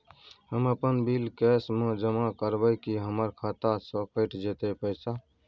हम अपन bill cash म जमा करबै की हमर खाता स कैट जेतै पैसा?